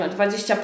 20%